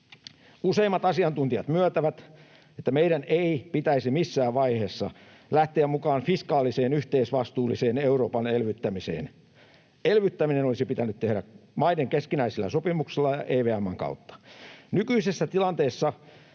Useimmat asiantuntijat myöntävät, että meidän ei pitäisi missään vaiheessa lähteä mukaan fiskaaliseen, yhteisvastuulliseen Euroopan elvyttämiseen. Elvyttäminen olisi pitänyt tehdä maiden keskinäisellä sopimuksella EVM:n kautta. Nykyisessä tilanteessa